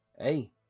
Hey